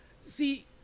See